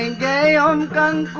and day on